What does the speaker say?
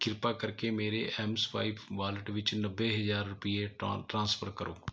ਕਿਰਪਾ ਕਰਕੇ ਮੇਰੇ ਐੱਮਸਵਾਇਪ ਵਾਲਟ ਵਿੱਚ ਨੱਬੇ ਹਜ਼ਾਰ ਰੁਪਏ ਟ੍ਰਾਂ ਟ੍ਰਾਂਸਫਰ ਕਰੋ